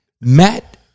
Matt